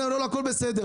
אני אומר: הכול בסדר.